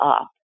up